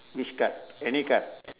which card any card